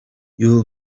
you’ll